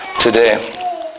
today